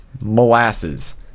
molasses